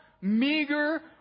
meager